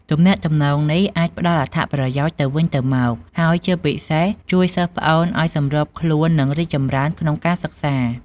ទំនាក់ទំនងនេះអាចផ្ដល់អត្ថប្រយោជន៍ទៅវិញទៅមក ហើយជាពិសេសជួយសិស្សប្អូនឲ្យសម្របខ្លួន និងរីកចម្រើនក្នុងការសិក្សា។